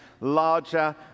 larger